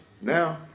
Now